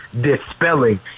dispelling